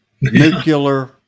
Nuclear